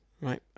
Right